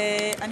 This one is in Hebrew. תודה רבה,